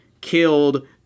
killed